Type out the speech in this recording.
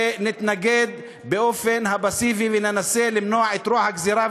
נתנגד באופן פסיבי וננסה למנוע את רוע הגזירה,